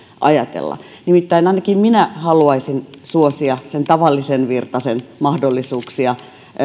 ajatella nimittäin ainakin minä haluaisin suosia sen tavallisen virtasen mahdollisuuksia